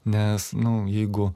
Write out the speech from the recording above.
nes nu jeigu